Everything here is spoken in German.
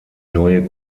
neue